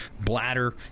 bladder